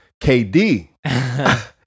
KD